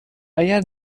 اگر